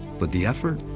but the effort